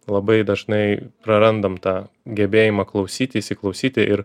labai dažnai prarandam tą gebėjimą klausyt įsiklausyti ir